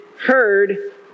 heard